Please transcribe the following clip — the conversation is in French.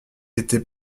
était